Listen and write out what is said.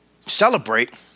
celebrate